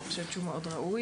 אני חושבת שהוא מאוד ראוי.